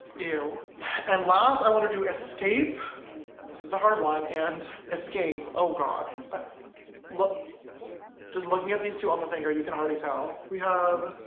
ew and last i want to do escape this is a hard one and escape oh god but look just looking at these two on the finger you can already tell we have